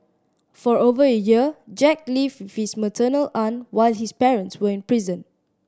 for over a year Jack lived with his maternal aunt while his parents were in prison